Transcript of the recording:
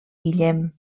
guillem